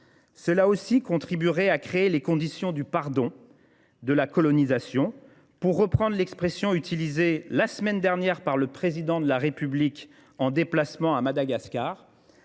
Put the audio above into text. Cela aussi contribuerait à créer les conditions du pardon, de la colonisation, pour reprendre l'expression utilisée la semaine dernière par le président de la République en déplacement à Madagascar.